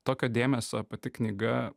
tokio dėmesio pati knyga